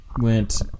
went